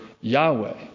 Yahweh